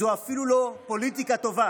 זו אפילו לא פוליטיקה טובה.